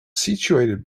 situated